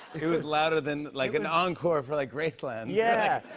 it was louder than like an encore for like graceland. yeah.